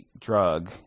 drug